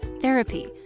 therapy